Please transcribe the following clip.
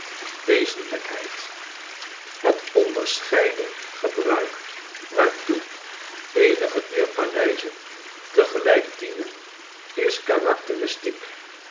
wezenlijkheid het onderscheiden gebruik waartoe eenige dier paleizen tegelijk dienen is karakteristiek